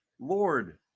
Lord